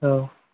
অঁ